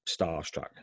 starstruck